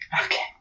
Okay